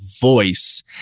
voice